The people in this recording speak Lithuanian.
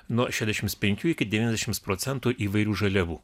nuo šešiasdešimt penkių iki devyniasdešimt procentų įvairių žaliavų